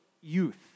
youth